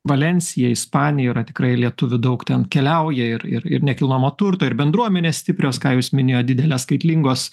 valensija ispanija yra tikrai lietuvių daug ten keliauja ir ir ir nekilnojamo turto ir bendruomenės stiprios ką jūs minėjot didelės skaitlingos